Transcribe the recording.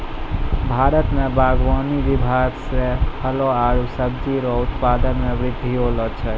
भारत मे बागवानी विभाग से फलो आरु सब्जी रो उपज मे बृद्धि होलो छै